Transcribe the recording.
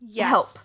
help